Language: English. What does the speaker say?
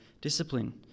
discipline